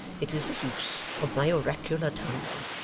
it is the use of my oracular tongue,